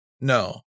No